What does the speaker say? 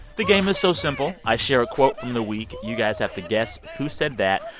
the game is so simple. i share a quote from the week. you guys have to guess who said that.